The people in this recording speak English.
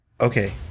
Okay